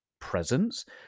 presence